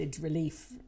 relief